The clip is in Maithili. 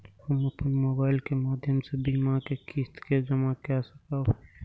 हम अपन मोबाइल के माध्यम से बीमा के किस्त के जमा कै सकब?